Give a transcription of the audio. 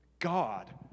God